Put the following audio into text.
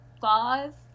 Five